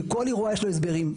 כי כל אירוע, יש לו הסבירם.